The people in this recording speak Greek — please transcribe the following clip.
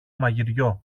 μαγειριό